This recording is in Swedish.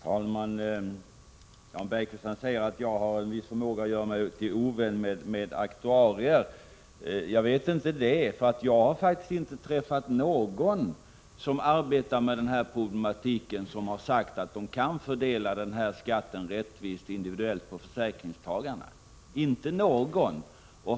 Herr talman! Jan Bergqvist säger att jag har en viss förmåga att göra mig till ovän med aktuarier. Jag vet inte det. Jag har faktiskt inte träffat någon som arbetar med den här problematiken som sagt sig kunna fördela denna skatt rättvist individuellt på försäkringstagarna — inte någon.